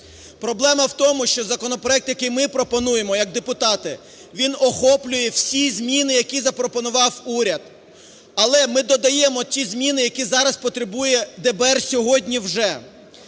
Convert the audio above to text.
Проблема в тому, що законопроект, який ми пропонуємо як депутати, він охоплює всі зміни, які запропонував уряд. Але ми додаємо ті зміни, які зараз потребує ДБР сьогодні вже.